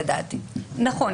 נכון.